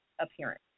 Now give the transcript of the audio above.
appearance